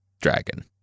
dragon